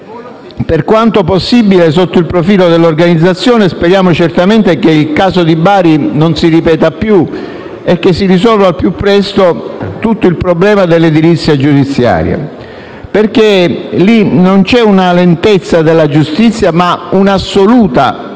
Per quanto possibile, sotto il profilo dell'organizzazione speriamo certamente che il caso di Bari non si ripeta più e che si risolva al più presto tutto il problema dell'edilizia giudiziaria, perché lì non c'è una lentezza della giustizia ma un'assoluta